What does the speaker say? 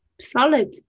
solid